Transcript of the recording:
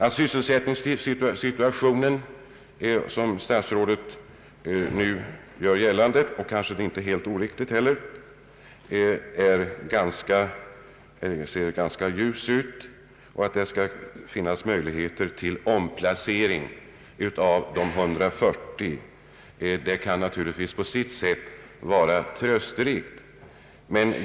Att sysselsättningssituationen, som statsrådet nu gör gällande och vilket kanske inte heller är helt oriktigt, ser ganska ljus ut, och att det skall finnas möjligheter till omplacering av de 140 kan naturligtvis på sitt sätt vara trösterikt.